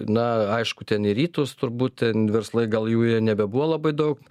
na aišku ten į rytus turbūt ten verslai gal jų jau nebebuvo labai daug